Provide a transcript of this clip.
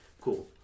Cool